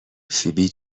فیبی